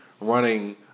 running